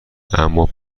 اما